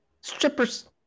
Strippers